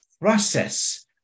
process